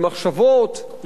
למחשבות,